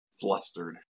flustered